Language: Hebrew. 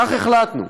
כך החלטנו: